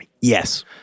Yes